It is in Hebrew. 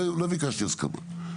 לא ביקשתי הסכמה.